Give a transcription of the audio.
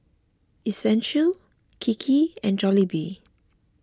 Essential Kiki and Jollibee